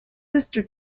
sister